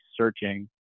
searching